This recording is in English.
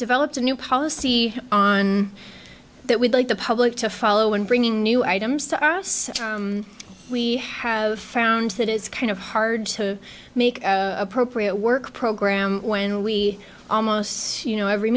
developed a new policy on that we'd like the public to follow in bringing new items to us we have found that it's kind of hard to make appropriate work program when we almost see you know every